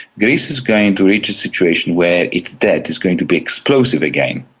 greece is going to reach a situation where its debt is going to be explosive again,